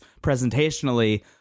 presentationally